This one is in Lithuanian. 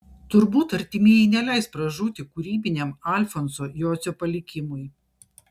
turbūt artimieji neleis pražūti kūrybiniam alfonso jocio palikimui